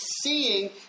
seeing